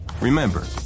Remember